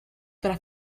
para